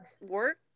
work